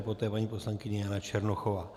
Poté paní poslankyně Jana Černochová.